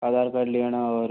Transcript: आधार card ले आना और